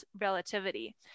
relativity